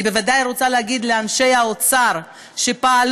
אני בוודאי רוצה להגיד לאנשי האוצר שפעלו,